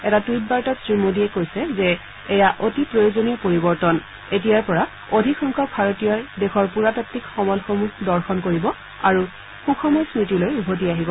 এটা টুইটবাৰ্তাত শ্ৰীমোদীয়ে কৈছে যে এয়া অতি প্ৰযোজনীয় যে এতিয়াৰ পৰা অধিক সংখ্যক ভাৰতীয়ই ভাৰতীয় পুৰাতাত্তিক সমলসমূহ দৰ্শন কৰিব আৰু সুখময় স্মতি লৈ উভতি যাব